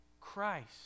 Christ